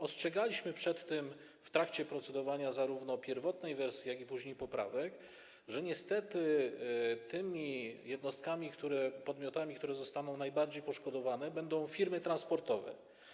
Ostrzegaliśmy przed tym w trakcie procedowania zarówno pierwotnej wersji ustawy, jak i później poprawek, że niestety tymi jednostkami, podmiotami, które zostaną najbardziej poszkodowane, będą firmy transportowe.